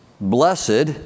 Blessed